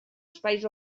espais